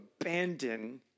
abandon